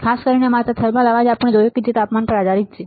ખાસ કરીને માત્ર થર્મલ અવાજ જ આપણે જોયો છે કે જે તાપમાનના પર આધાર રાખે છે